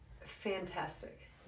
Fantastic